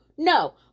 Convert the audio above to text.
No